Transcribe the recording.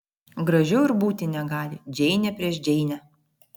gražiau ir būti negali džeinė prieš džeinę